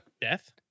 Death